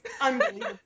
unbelievable